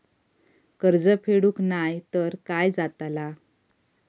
कर्ज फेडूक नाय तर काय जाताला?